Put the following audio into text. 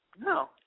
No